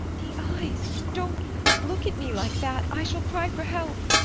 the eyes! don't look at me like that! i shall cry for help!